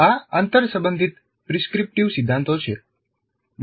આ આંતરસંબંધિત પ્રિસ્ક્રિપ્ટીવ સિદ્ધાંતો છે